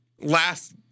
last